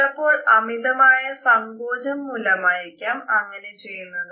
ചിലപ്പോൾ അമിതമായ സങ്കോചം മൂലമായിരിക്കാം അങ്ങനെ ചെയ്യുന്നത്